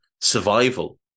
survival